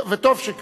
וטוב שכך.